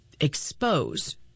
expose